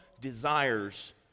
desires